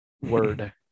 word